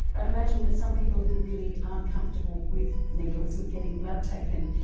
i'd imagine that some people who really aren't comfortable with needles and getting blood taken,